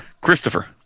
Christopher